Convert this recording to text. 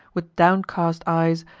with downcast eyes,